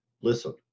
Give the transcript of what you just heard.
listen